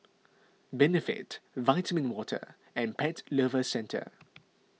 Benefit Vitamin Water and Pet Lovers Centre